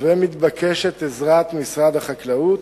ומתבקשת עזרת משרד החקלאות,